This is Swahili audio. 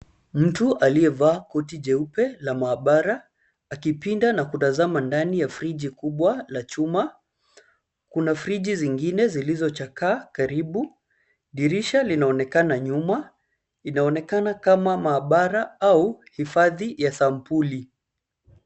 Mtu aliyevaa koti jeupe la maabara akipinda na kutazama ndani ya friji kubwa la chuma. Kuna friji zingine zilizochakaa karibu. Dirisha linaonekana nyuma. Inaonekana kama maabara au hifadhi ya sampuli.